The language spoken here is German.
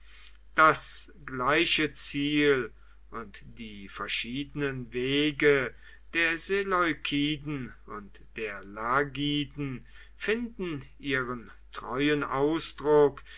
das gleiche ziel und die verschiedenen wege der seleukiden und der lagiden finden ihren treuen ausdruck